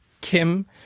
Kim